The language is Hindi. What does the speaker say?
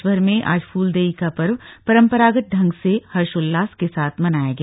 प्रदे भर में आज फूलदेई का पर्व परम्परागत ढ़ग से हर्षोउल्लास के साथ मनाया गया